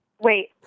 Wait